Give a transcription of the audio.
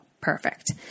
perfect